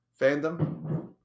fandom